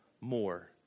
more